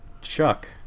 Chuck